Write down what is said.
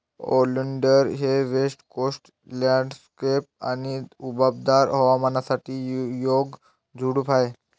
oleander हे west coast landscape आणि उबदार हवामानासाठी योग्य झुडूप आहे